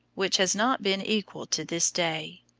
which has not been equalled to this day.